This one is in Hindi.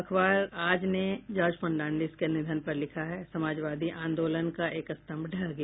अखबार आज ने जॉर्ज फर्नांडिस के निधन पर लिखा है समाजवादी आंदोलन का एक स्तंभ ढह गया